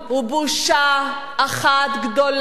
הוא בושה אחת גדולה,